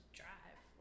drive